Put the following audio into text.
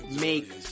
make